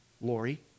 Lori